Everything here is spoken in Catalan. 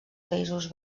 països